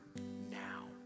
now